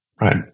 right